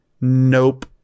Nope